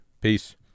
Peace